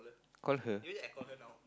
call her